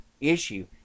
issue